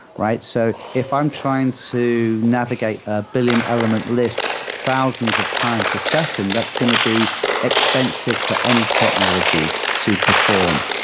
so if i'm trying to navigate a billion element lists thousands of times a second, that's going to be expensive for any technology to perform.